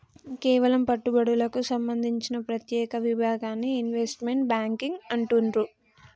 కేవలం పెట్టుబడులకు సంబంధించిన ప్రత్యేక విభాగాన్ని ఇన్వెస్ట్మెంట్ బ్యేంకింగ్ అంటుండ్రు